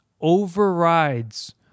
overrides